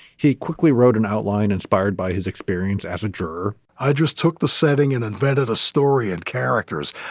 he quickly wrote an outline inspired by his experience as a juror i just took the setting and invented a story and characters.